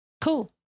Cool